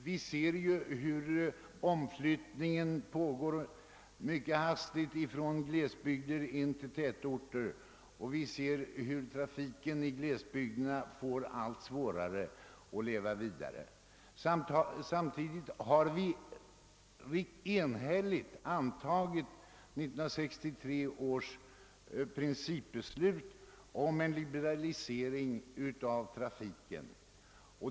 Vi har sett hur snabbt omflyttningen från glesbygder till tätorter går, och vi har sett hur trafiken i glesbygderna får allt svårare att leva vidare. Samtidigt har vi enhälligt antagit 1963 års principbeslut om en liberalisering av trafikpolitiken, bl.a. tillståndsgivningen för den yrkesmässiga lastbilstrafiken.